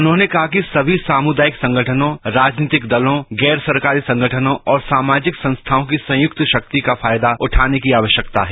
उन्होंने कहा कि सभी सामुदायिक संगठनों राजनीतिक दलों गैर सरकारी संगठनों और सामाजिक संस्थायों की संयुक्त शक्ति का फायदा उठाने की आवश्यकता है